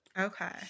okay